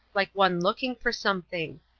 like one looking for something.